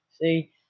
See